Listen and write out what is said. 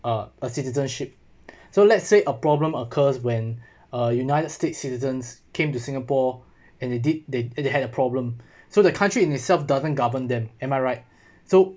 uh a citizenship so let's say a problem occurs when a united states citizens came to singapore and they did they did they had a problem so the country in itself doesn't govern them am I right so